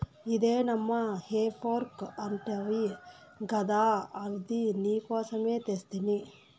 ఇదే నమ్మా హే ఫోర్క్ అంటివి గదా అది నీకోసమే తెస్తిని